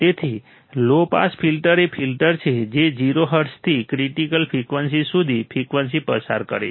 તેથી low pass filter એ filter છે જે 0 હર્ટ્ઝથી ક્રિટીકલ ફ્રિકવન્સી સુધી ફ્રિકવન્સી પસાર કરે છે